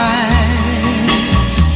eyes